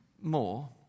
more